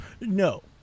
No